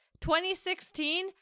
2016